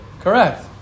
Correct